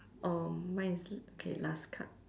um mine is l~ okay last card